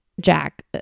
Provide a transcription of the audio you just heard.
jack